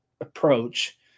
approach